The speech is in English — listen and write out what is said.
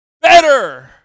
Better